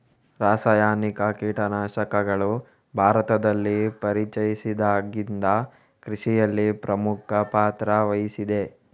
ರಾಸಾಯನಿಕ ಕೀಟನಾಶಕಗಳು ಭಾರತದಲ್ಲಿ ಪರಿಚಯಿಸಿದಾಗಿಂದ ಕೃಷಿಯಲ್ಲಿ ಪ್ರಮುಖ ಪಾತ್ರ ವಹಿಸಿದೆ